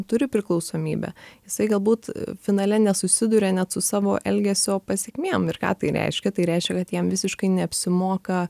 turi priklausomybę jisai galbūt finale nesusiduria net su savo elgesio pasekmėm ir ką tai reiškia tai reiškia kad jam visiškai neapsimoka